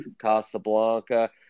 Casablanca